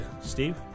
Steve